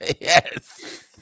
Yes